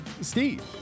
Steve